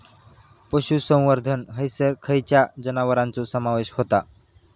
पशुसंवर्धन हैसर खैयच्या जनावरांचो समावेश व्हता?